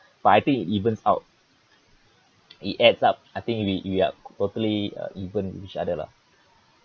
but I think it evens out it adds up I think we we are totally even with each other lah